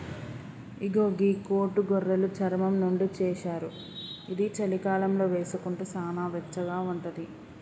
ఇగో గీ కోటు గొర్రెలు చర్మం నుండి చేశారు ఇది చలికాలంలో వేసుకుంటే సానా వెచ్చగా ఉంటది